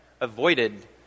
avoided